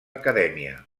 acadèmia